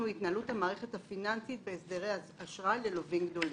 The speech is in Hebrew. - התנהלות המערכת הפיננסית בהסדרי אשראי ללווים גדולים.